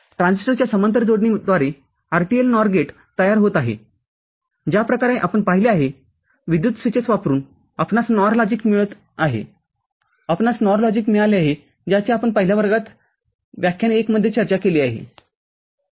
ट्रान्झिस्टरच्या समांतर जोडणीद्वारे RTL NOR गेट तयार होत आहेज्याप्रकारे आपण पाहिले आहे विद्युत स्विचेसवापरून आपणास NOR लॉजिकमिळत आहे आपणास NOR लॉजिक मिळाले आहे ज्याची आपण पहिल्या वर्गात व्याख्यान १ मध्ये चर्चा केली आहे